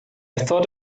thought